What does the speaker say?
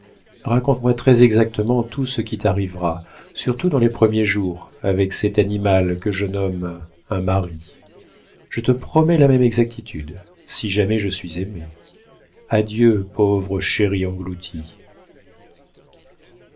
raconte-moi très exactement tout ce qui t'arrivera surtout dans les premiers jours avec cet animal que je nomme un mari je te promets la même exactitude si jamais je suis aimée adieu pauvre chérie engloutie